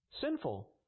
sinful